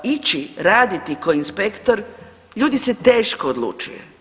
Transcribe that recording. Ići raditi kao inspektor ljudi se teško odlučuju.